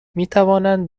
میتوانند